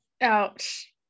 Ouch